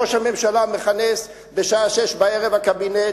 ראש הממשלה מכנס בשעה 18:00 את הקבינט,